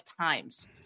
times